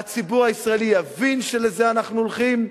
הציבור הישראלי יבין שלזה אנחנו הולכים.